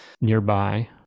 nearby